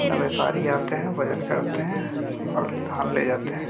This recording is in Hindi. अपना व्यापारी आते हैं वज़न करते हैं और धान ले जाते हैं